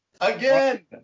Again